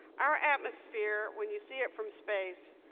our atmosphere, when you see it from space,